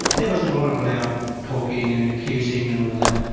there was a lot of loud talking, and accusing and all that.